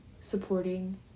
supporting